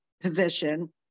position